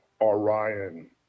Orion